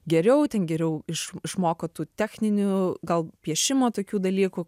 geriau ten geriau iš išmoko tų techninių gal piešimo tokių dalykų